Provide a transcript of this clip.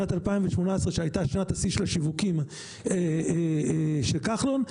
שנת 2018 שהייתה שנת השיא של השיווקים של כחלון,